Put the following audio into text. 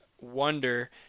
wonder